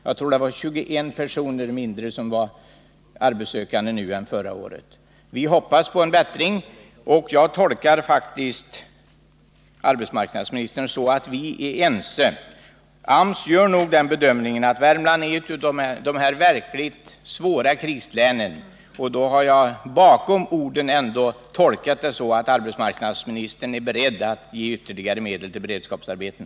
Jag tror att det var 21 färre arbetssökande nu än förra året. Vi hoppas på en bättring, och jag tolkar faktiskt arbetsmarknadsministerns uttalande så att vi är ense. AMS gör nog den bedömningen att Värmland är ett av de län som drabbats av verkligt svåra kriser. Jag har också läst in i arbetsmarknadsministerns yttranden att han är beredd att ge ytterligare medel till beredskapsarbeten.